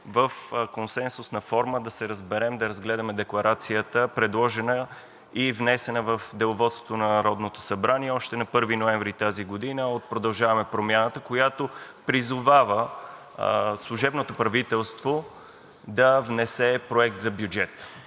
в консенсусна форма да се разберем и да разгледаме Декларацията, предложена и внесена в Деловодството на Народното събрание още на 1 ноември тази година от „Продължаваме Промяната“, която призовава служебното правителство да внесе Проект за бюджет.